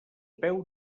peu